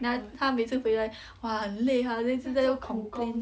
then 她每次回来哇很累啦累 then 现在又 complain